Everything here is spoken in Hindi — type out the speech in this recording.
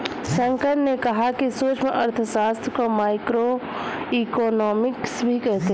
शंकर ने कहा कि सूक्ष्म अर्थशास्त्र को माइक्रोइकॉनॉमिक्स भी कहते हैं